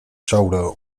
shoulder